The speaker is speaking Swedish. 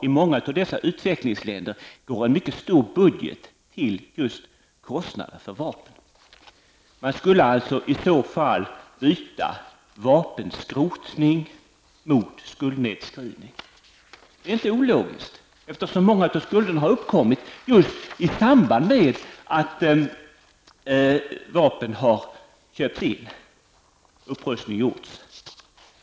I många av dessa utvecklingsländer går en mycket stor budget just till kostnader för vapen. Man skulle i så fall byta vapenskrotning mot skuldnedskrivning. Det är inte ologiskt, eftersom många av skulderna har uppkommit i samband med att vapen har köpts in och upprustning gjorts.